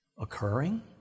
occurring